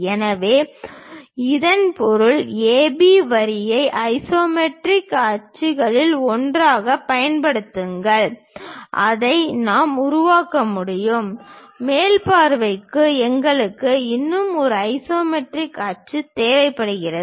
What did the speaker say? எனவே இதன் பொருள் AB வரியை ஐசோமெட்ரிக் அச்சுகளில் ஒன்றாகப் பயன்படுத்துங்கள் அதை நாம் உருவாக்க முடியும் மேல் பார்வைக்கு எங்களுக்கு இன்னும் ஒரு ஐசோமெட்ரிக் அச்சு தேவைப்படுகிறது